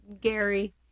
Gary